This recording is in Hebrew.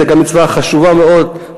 זו גם מצווה חשובה מאוד,